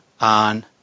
on